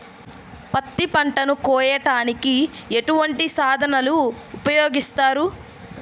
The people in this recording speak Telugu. పత్తి పంటను కోయటానికి ఎటువంటి సాధనలు ఉపయోగిస్తారు?